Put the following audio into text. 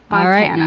all right. and